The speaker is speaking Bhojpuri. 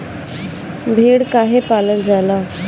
भेड़ काहे पालल जाला?